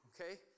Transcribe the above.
Okay